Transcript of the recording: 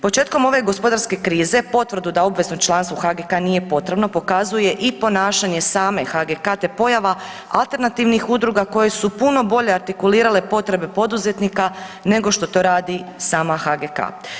Početkom ove gospodarske krize potvrdu da obvezno članstvo u HGK nije potrebno pokazuje i ponašanje same HGK te pojava alternativnih udruga koje su puno bolje artikulirale potrebe poduzetnika nego što to radi sama HGK.